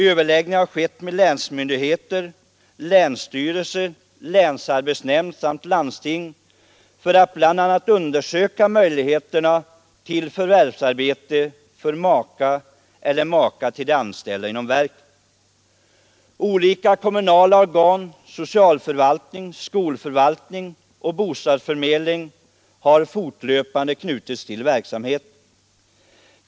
Överläggningar har skett med länsmyndigheter, länsstyrelser, länsbostadsnämnd samt landsting för att bl.a. undersöka möjligheterna till förvärvsarbete för maka eller make till de anställda inom verken. Olika kommunala organ, socialförvaltning, skolförvaltning och bostadsförmedling, har fortlöpande knutits till verksamheten.